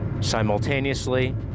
simultaneously